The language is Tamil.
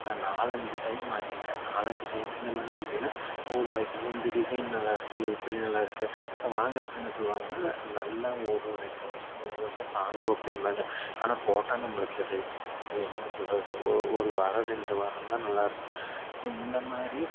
நான் நாலஞ்சு டைம் வாங்கிட்டேன் நாலஞ்சு டைம் என்ன பண்ணுவேன் அப்படின்னா நூறுரூபாய்க்கி இந்த டிசைன் நல்லா இருக்குது இப்படி நல்லா இருக்குது ஸோ வாங்கறப்போ என்ன சொல்லுவாங்கன்னால் நல்லா ஓடும் ரெண்டு வருஷம் மூணு வருஷம் தாங்கும் அப்படிம்பாங்க ஆனால் போட்டால் நம்மளுக்கு அது என்ன சொல்கிறது ஒரு ஒரு வாரம் ரெண்டு வாரந்தான் நல்லா இருக்கும் ஸோ இந்த மாதிரி